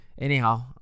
Anyhow